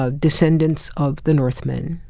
ah descendants of the northmen,